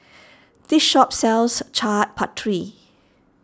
this shop sells Chaat Papri